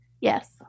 Yes